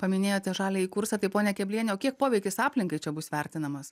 paminėjote žaliąjį kursą tai ponia kebliene o kiek poveikis aplinkai čia bus vertinamas